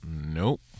nope